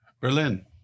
Berlin